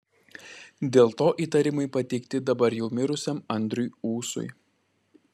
dėl to įtarimai pateikti dabar jau mirusiam andriui ūsui